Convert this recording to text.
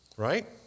Right